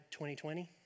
2020